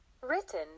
written